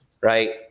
right